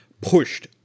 pushed